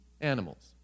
Animals